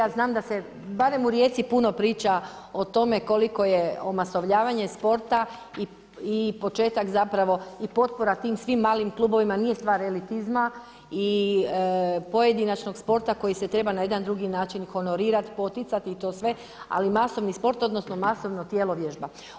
Znam da se barem u Rijeci puno priča o tome koliko je omasovljavanje sporta i početak i potpora svim tim malim klubovima, nije stvar relitizma i pojedinačnog sporta koji se treba na jedan drugi način honorirati, poticati i to sve, ali masovni sport odnosno masovna tjelovježba.